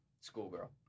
schoolgirl